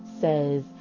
says